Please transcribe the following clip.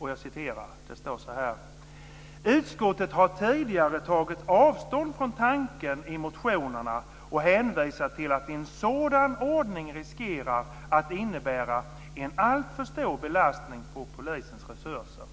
Man skriver: "Utskottet har tidigare tagit avstånd från tanken i motionerna och hänvisat till att en sådan ordning riskerar att innebära en alltför stor belastning på polisens resurser."